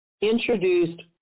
introduced